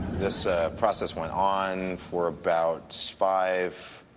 this process went on for about five